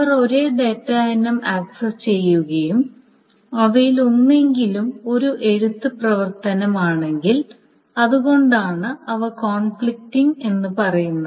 അവർ ഒരേ ഡാറ്റ ഇനം ആക്സസ് ചെയ്യുകയും അവയിലൊന്നെങ്കിലും ഒരു എഴുത്ത് പ്രവർത്തനമാണെങ്കിൽ അതുകൊണ്ടാണ് അവ കോൺഫ്ലിക്റ്റിംഗ് പറയുന്നത്